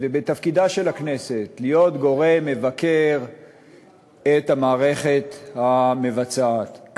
ובתפקידה של הכנסת להיות גורם המבקר את המערכת המבצעת.